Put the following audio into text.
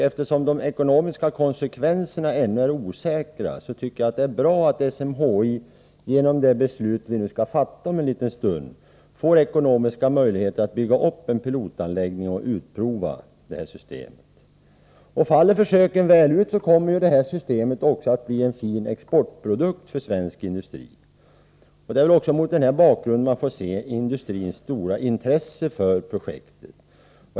Eftersom de ekonomiska konsekvenserna ännu är osäkra, tycker jag att det är bra att SMHI genom det beslut vi skall fatta om en liten stund får ekonomiska möjligheter att bygga upp en pilotanläggning och utprova det här systemet. Faller försöken väl ut kommer detta system även att bli en bra exportprodukt för svensk industri. Det är mot denna bakgrund man får se industrins stora intresse för projektet.